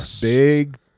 Big